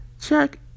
check